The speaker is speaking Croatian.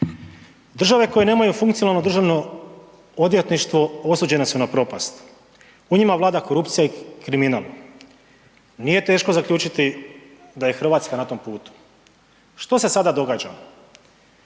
Države koje nemaju funkcionalno državno odvjetništvo osuđene su na propast u njima vlada korupcija i kriminal. Nije teško zaključiti da je Hrvatska na tom putu. Što se sada događa?